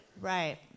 Right